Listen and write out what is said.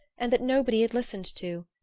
and that nobody had listened to.